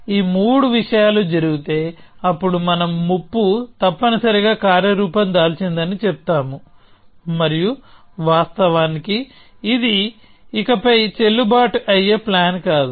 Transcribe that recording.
ఈ మూడు విషయాలు జరిగితే అప్పుడు మనం ముప్పు తప్పనిసరిగా కార్యరూపం దాల్చిందని చెబుతాము మరియు వాస్తవానికి ఇది ఇకపై చెల్లుబాటు అయ్యే ప్లాన్ కాదు